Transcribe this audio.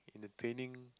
and the training